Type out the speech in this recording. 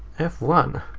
f one?